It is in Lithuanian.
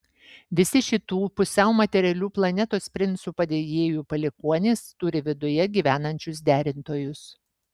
visi šitų pusiau materialių planetos princų padėjėjų palikuonys turi viduje gyvenančius derintojus